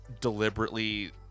deliberately